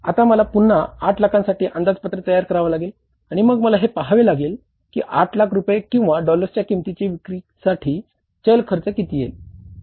आता मला पुन्हा 8 लाखांसाठी अंदाजपत्र तयार करावा लागेल आणि मग मला हे पाहावे लागेल की 8 लाख रुपये किंवा डॉलर्सच्या किंमतीचे विक्रीसाठी चल खर्च किती येईल